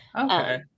okay